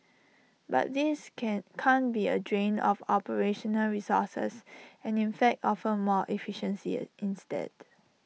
but this can can't be A drain on operational resources and in fact offer more efficiency instead